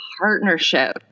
partnership